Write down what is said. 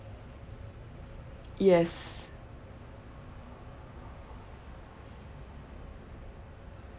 yes